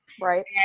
right